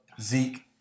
Zeke